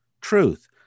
truth